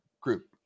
group